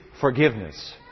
forgiveness